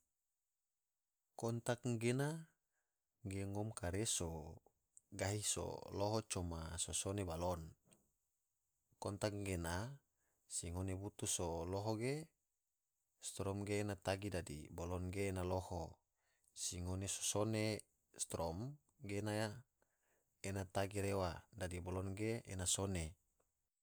Kontak gena ge ngom kare so gahi so loho coma so sone balon, kontak gena si ngone butu so loho ge strom ge ena tagi dadi balon gena ena loho, si ngone so sone strom ge ena tagi rewa, dadi balon ge ena sone.